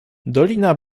dolina